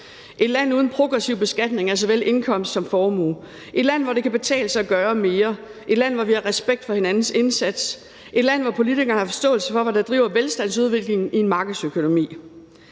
et land uden progressiv beskatning af såvel indkomst som formue; et land, hvor det kan betale sig at gøre mere; et land, hvor vi har respekt for hinandens indsats; et land, hvor politikere har forståelse for, hvad der driver velstandsudviklingen i en markedsøkonomi.